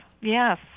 yes